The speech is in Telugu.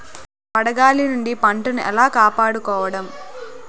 వడగాలి నుండి పంటను ఏలా కాపాడుకోవడం?